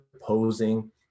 posing